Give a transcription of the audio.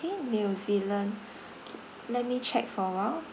new zealand let me check for awhile